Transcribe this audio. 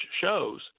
shows